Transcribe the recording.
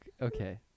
okay